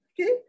okay